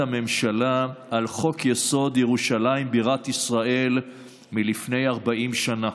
הממשלה על חוק-יסוד: ירושלים בירת ישראל לפני 40 שנה.